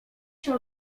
się